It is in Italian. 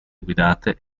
guidate